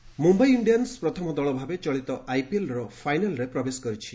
IPL Mumbai Indians ପ୍ରଥମ ଦଳ ଭାବେ ଚଳିତ ଆଇପିଏଲ୍ର ଫାଇନାଲ୍ରେ ପ୍ରବେଶ କରିଛି